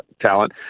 talent